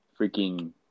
freaking